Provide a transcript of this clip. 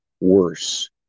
worse